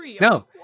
No